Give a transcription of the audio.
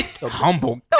humble